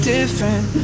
different